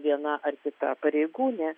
viena ar kita pareigūnė